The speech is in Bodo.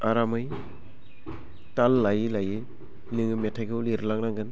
आरामै ताल लायै लायै नोङो मेथाइखौ लिरलांनागोन